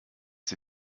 sie